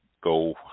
go